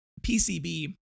PCB